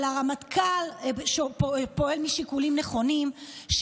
שהרמטכ"ל פועל משיקולים נכונים,